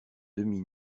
demi